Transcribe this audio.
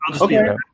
okay